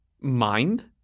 mind